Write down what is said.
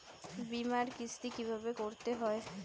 বিমার কিস্তি কিভাবে করতে হয়?